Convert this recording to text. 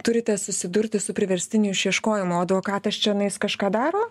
turite susidurti su priverstiniu išieškojimu o advokatas čionais kažką daro